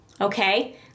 Okay